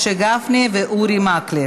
משה גפני ואורי מקלב.